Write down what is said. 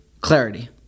clarity